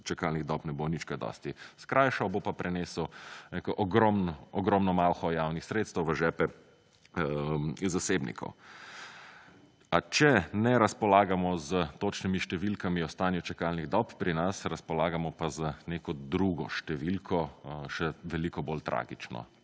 čakalnih dob ne bo nič kaj dosti skrajšal, bo pa prenesel neko ogromno malho javnih sredstev v žepe zasebnikov. A če ne razpolagamo s točnimi številkami o stanju čakalnih dob pri nas, razpolagamo pa z neko drugo številko, še veliko bolj tragično.